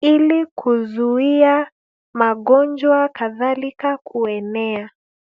ili kuzuia magonjwa kadhalika kuenea.